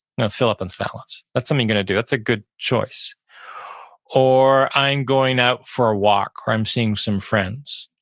no fill up in silence. that's something i'm going to do, that's a good choice or i'm going out for a walk, or i'm seeing some friends.